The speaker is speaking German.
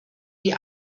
die